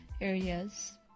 areas